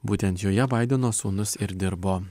būtent joje baideno sūnus ir dirbo